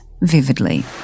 vividly